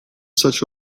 such